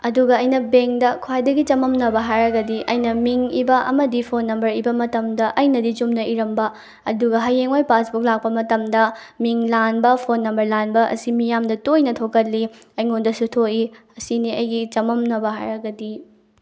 ꯑꯗꯨꯒ ꯑꯩꯅ ꯕꯦꯡꯗ ꯈ꯭ꯋꯥꯏꯗꯒꯤ ꯆꯃꯝꯅꯕ ꯍꯥꯏꯔꯒꯗꯤ ꯑꯩꯅ ꯃꯤꯡ ꯏꯕ ꯑꯃꯗꯤ ꯐꯣꯟ ꯅꯝꯕꯔ ꯏꯕ ꯃꯇꯝꯗ ꯑꯩꯅꯗꯤ ꯆꯨꯝꯅ ꯏꯔꯝꯕ ꯑꯗꯨꯒ ꯍꯌꯦꯡ ꯋꯥꯏ ꯄꯥꯁꯕꯨꯛ ꯂꯥꯛꯄ ꯃꯇꯝꯗ ꯃꯤꯡ ꯂꯥꯟꯕ ꯐꯣꯟ ꯅꯝꯕꯔ ꯂꯥꯟꯕ ꯑꯁꯤ ꯃꯤꯌꯥꯝꯗ ꯇꯣꯏꯅ ꯊꯣꯛꯀꯜꯂꯤ ꯑꯩꯉꯣꯟꯗꯁꯨ ꯊꯣꯛꯏ ꯃꯁꯤꯅꯤ ꯑꯩꯒꯤ ꯆꯃꯝꯅꯕ ꯍꯥꯏꯔꯒꯗꯤ